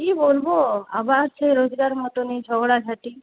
কি বলবো আবার সেই রোজকার মতনই ঝগড়াঝাটি